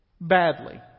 badly